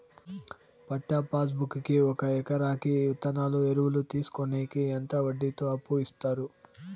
పట్టా pass book కి ఒక ఎకరాకి విత్తనాలు, ఎరువులు తీసుకొనేకి ఎంత వడ్డీతో అప్పు ఇస్తారు?